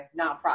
nonprofit